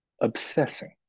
obsessing